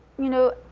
you know,